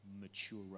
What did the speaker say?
mature